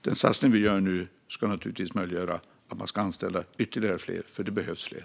Den satsning som görs nu ska naturligtvis göra det möjligt att anställa ytterligare. Det behövs fler.